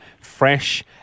fresh